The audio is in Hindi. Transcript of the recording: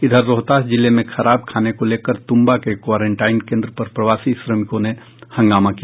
इधर रोहतास जिले में खराब खाने को लेकर तुंबा के क्वारेंटाइन केन्द्र पर प्रवासी श्रमिकों ने हंगामा किया